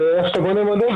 איך שאתה בונה מודל,